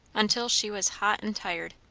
until she was hot and tired.